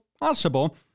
possible